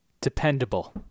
dependable